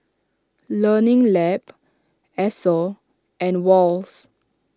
Learning Lab Esso and Wall's